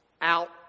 out